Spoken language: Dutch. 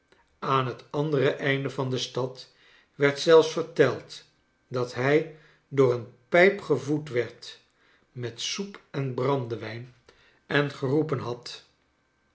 aan het andere einde van de stad werd zelfs verteld dat hij door een pijp gevoed werd met soep en brandewijn en geroepen had